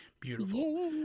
Beautiful